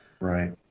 Right